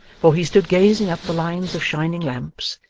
for he stood gazing up the lines of shining lamps,